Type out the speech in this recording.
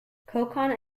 konkan